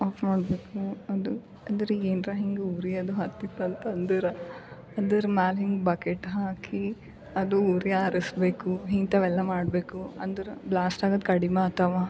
of ಮಾಡಬೇಕು ಅದು ಅದ್ರಗೇನ್ರ ಹಿಂಗೆ ಉರಿಯೋದು ಹತ್ತಿತಂಥ ಅಂದರೆ ಅಂದರೆ ಮ್ಯಾಲೆ ಹಿಂಗೆ ಬಕೆಟ್ ಹಾಕಿ ಅದು ಉರಿ ಆರಿಸ್ಬೇಕು ಹಿಂಥವೆಲ್ಲ ಮಾಡಬೇಕು ಅಂದ್ರೆ ಬ್ಲಾಸ್ಟ್ ಆಗೋದ್ ಕಡಿಮೆ ಆಗ್ತವ